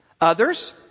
Others